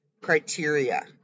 criteria